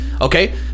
Okay